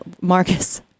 Marcus